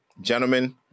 Gentlemen